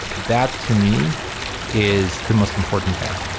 that to me is the most important thing.